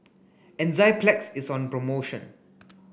Enzyplex is on promotion